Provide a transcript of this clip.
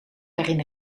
waarin